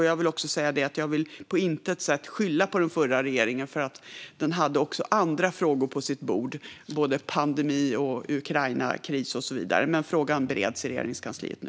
Jag vill också säga att jag på intet sätt vill skylla på den förra regeringen, för den hade också andra frågor på sitt bord - både pandemi och Ukrainakris och så vidare. Men frågan bereds i Regeringskansliet nu.